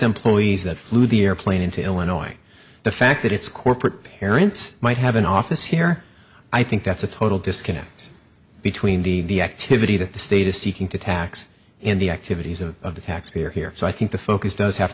employees that flew the airplane into illinois the fact that its corporate parent might have an office here i think that's a total disconnect between the activity that the state is seeking to tax and the activities of the taxpayer here so i think the focus does have